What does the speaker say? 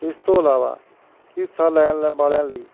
ਇਸ ਤੋਂ ਇਲਾਵਾ ਹਿੱਸਾ ਲੈਣ ਲ ਵਾਲਿਆਂ ਲਈ